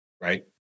right